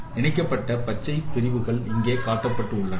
இணைக்கப்பட்ட பச்சை பிரிவுகள் இங்கே காட்டப்பட்டுள்ளன